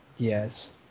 Yes